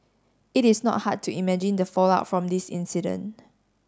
it is not hard to imagine the fallout from this incident